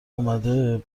اومده